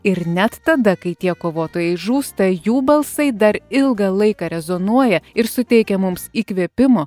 ir net tada kai tie kovotojai žūsta jų balsai dar ilgą laiką rezonuoja ir suteikia mums įkvėpimo